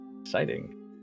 exciting